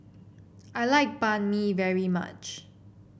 I like Banh Mi very much